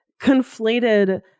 conflated